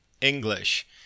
English